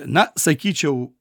na sakyčiau